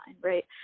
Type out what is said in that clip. right